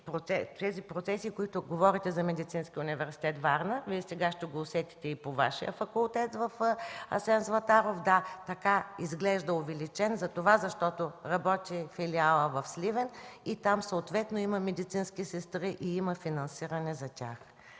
тези процеси, за които говорите за Медицинския университет – Варна, Вие сега ще го усетите и във Вашия Факултет в „Асен Златаров”. Да, изглежда увеличен, защото работи филиалът в Сливен и там съответно има медицински сестри и има финансиране за тях.